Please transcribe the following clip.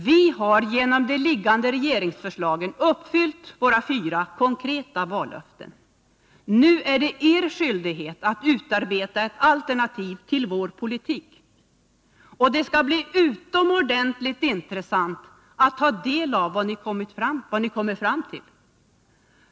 Vi har genom de liggande regeringsförslagen uppfyllt våra fyra konkreta vallöften. Nu är det er skyldighet att utarbeta ett alternativ till vår politik. Det skall bli utomordentligt intressant att ta del av vad ni kommer fram till.